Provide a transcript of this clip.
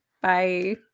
Bye